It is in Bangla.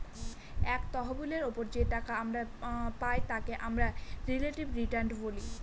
এক তহবিলের ওপর যে টাকা পাই তাকে আমরা রিলেটিভ রিটার্ন বলে